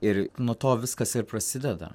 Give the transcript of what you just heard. ir nuo to viskas ir prasideda